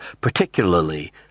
particularly